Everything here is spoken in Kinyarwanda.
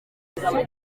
yakomeje